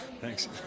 Thanks